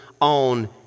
on